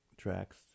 tracks